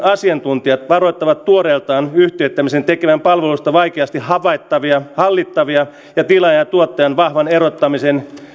asiantuntijat varoittivat tuoreeltaan yhtiöittämisen tekevän palveluista vaikeasti hallittavia ja tilaajan ja tuottajan vahvan erottamisen